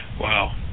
Wow